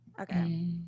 Okay